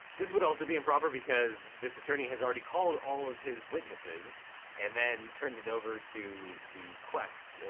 this would also be improper because this attorney has already called all of his witnesses and then turned it over to the quests,